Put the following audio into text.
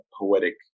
poetic